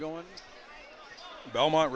going belmont